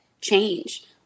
change